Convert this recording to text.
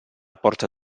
porta